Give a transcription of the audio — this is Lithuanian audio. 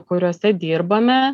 kuriuose dirbame